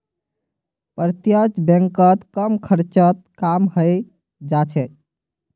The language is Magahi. प्रत्यक्ष बैंकत कम खर्चत काम हइ जा छेक